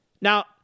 Now